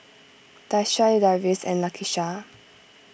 Daisha Darius and Lakisha